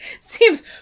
seems